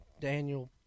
Daniel